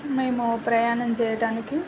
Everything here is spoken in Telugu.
మేము ప్రయాణం చేయటానికి